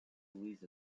with